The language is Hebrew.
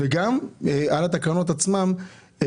וגם על התקנות עצמן,